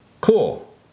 Cool